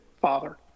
father